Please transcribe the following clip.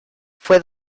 fue